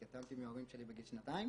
התייתמתי מההורים שלי בגיל שנתיים